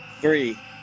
Three